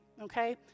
Okay